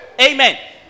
Amen